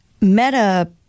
Meta